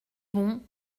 bon